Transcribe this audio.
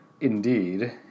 Indeed